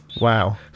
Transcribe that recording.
Wow